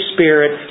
Spirit